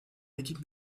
équipe